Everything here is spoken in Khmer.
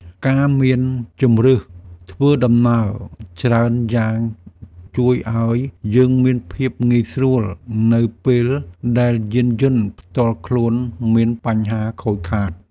ការមានជម្រើសធ្វើដំណើរច្រើនយ៉ាងជួយឱ្យយើងមានភាពងាយស្រួលនៅពេលដែលយានយន្តផ្ទាល់ខ្លួនមានបញ្ហាខូចខាត។